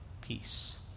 peace